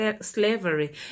slavery